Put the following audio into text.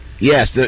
Yes